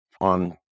on